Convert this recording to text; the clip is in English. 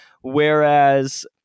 whereas